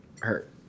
hurt